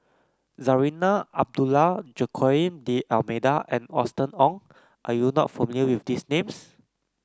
Zarinah Abdullah Joaquim D'Almeida and Austen Ong are you not familiar with these names